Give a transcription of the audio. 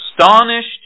astonished